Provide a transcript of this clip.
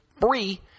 free